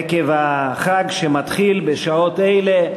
עקב החג שמתחיל בשעות אלה,